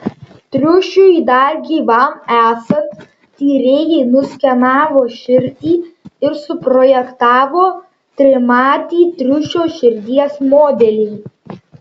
triušiui dar gyvam esant tyrėjai nuskenavo širdį ir suprojektavo trimatį triušio širdies modelį